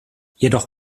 jedoch